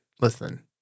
Listen